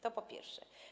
To po pierwsze.